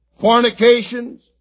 fornications